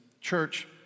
church